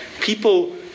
people